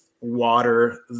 water